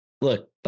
look